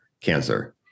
cancer